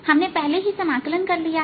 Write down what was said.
हमने पहले ही समाकलन कर लिया है